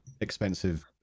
expensive